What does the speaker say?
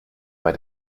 bei